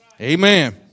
Amen